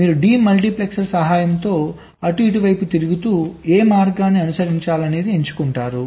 మీరు డెమల్టిప్లెక్సర్ సహాయంతో అటు ఇటు వైపు తిరుగుతూ ఏ మార్గాన్ని అనుసరించాలి ఎంచుకుంటారు